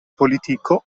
politiko